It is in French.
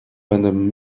madame